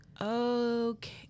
Okay